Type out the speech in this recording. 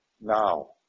now